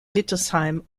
wittelsheim